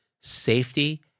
safety